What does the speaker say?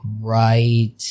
right